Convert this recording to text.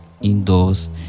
indoors